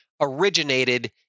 originated